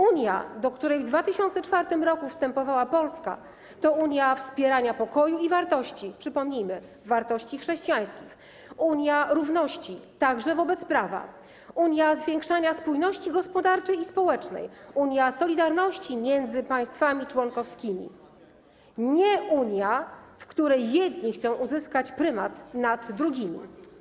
Unia, do której w 2004 r. wstępowała Polska, to unia wspierania pokoju i wartości - przypomnijmy, wartości chrześcijańskich - unia równości, także wobec prawa, unia zwiększania spójności gospodarczej i społecznej, unia solidarności między państwami członkowskimi, nie unia, w której jedni chcą uzyskać prymat nad drugimi.